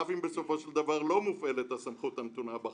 אף אם בסופו של דבר לא מופעלת הסמכות הנתונה בחוק.